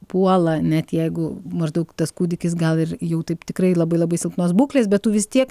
puola net jeigu maždaug tas kūdikis gal ir jų taip tikrai labai labai silpnos būklės bet tu vis tiek